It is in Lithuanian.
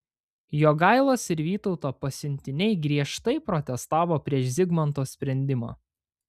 jogailos ir vytauto pasiuntiniai griežtai protestavo prieš zigmanto sprendimą